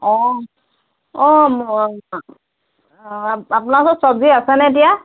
অঁ অঁ ম অঁ আপোনাৰ ওচৰত চবজি আছেনে এতিয়া